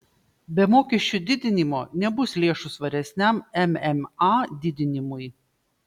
be mokesčių didinimo nebus lėšų svaresniam mma didinimui